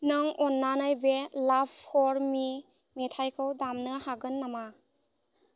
नों अन्नानै बे लाभ फर मि मेथाइखौ दामनो हागोन नामा